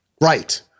Right